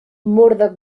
murdoch